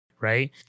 Right